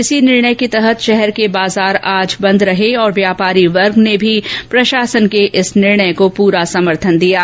इसी निर्णय के तहत शहर के बाजार आज बंद हैं और व्यापारी वर्ग ने भी प्रशासन के इस निर्णय को पूरा समर्थन दिया है